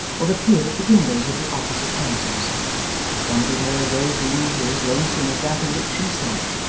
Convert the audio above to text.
or appeared at the windows of the opposite houses wondering whether those rooms were as lonesome as that in which she sat,